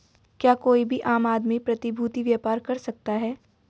क्या कोई भी आम आदमी प्रतिभूती व्यापार कर सकता है?